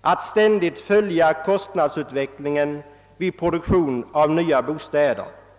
att ständigt följa kostnadsutvecklingen vid produktionen av nya bostäder.